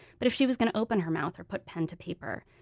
but if she was going to open her mouth or put pen to paper,